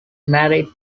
married